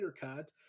Cut